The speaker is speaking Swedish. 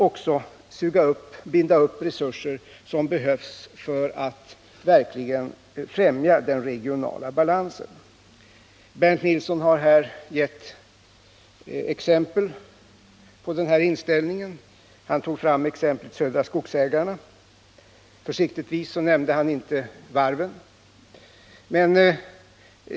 Då binds också resurser som behövs för att verkligen främja den regionala balansen. Bernt Nilsson har här i debatten gett exempel på denna inställning. Han tog fram exemplet Södra Skogsägarna. Försiktigtvis nämnde han inte varven.